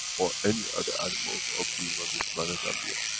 or any other animals, or being on this planet um yeah ah